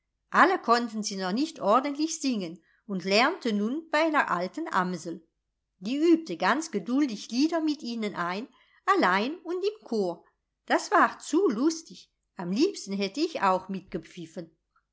alle konnten sie noch nicht ordentlich singen und lernten nun bei einer alten amsel die übte ganz geduldig lieder mit ihnen ein allein und im chor das war zu lustig am liebsten hätte ich auch